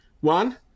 One